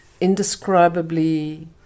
indescribably